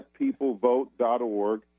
letpeoplevote.org